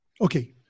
Okay